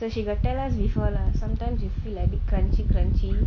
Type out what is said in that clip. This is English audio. so she got tell us before lah sometimes you feel like a bit crunchy crunchy